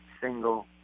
single